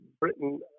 britain